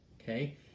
Okay